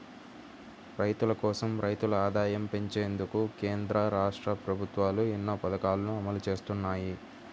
రైతుల కోసం, రైతుల ఆదాయం పెంచేందుకు కేంద్ర, రాష్ట్ర ప్రభుత్వాలు ఎన్నో పథకాలను అమలు చేస్తున్నాయి